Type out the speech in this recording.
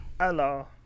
Hello